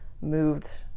moved